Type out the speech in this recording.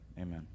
amen